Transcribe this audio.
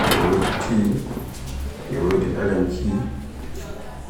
e wodi ti, e wodi alanki.